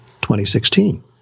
2016